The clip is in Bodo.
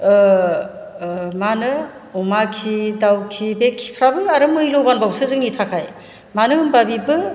मा होनो अमा खि दाउ खि बे खिफ्राबो आरो मैल'बानबावसो जोंनि थाखाय मानो होमबा बिबो